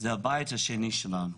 זה הבית השני שלנו.